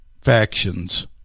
factions